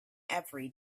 every